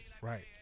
Right